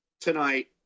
tonight